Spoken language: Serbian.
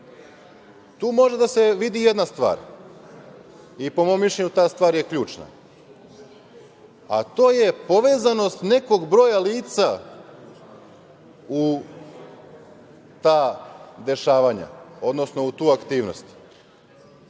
tu može da se vidi jedna stvar i po mom mišljenju ta stvar je ključna, a to je povezanost nekog broja lica u ta dešavanja, odnosno u tu aktivnost. Dakle,